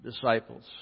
Disciples